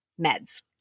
meds